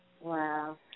Wow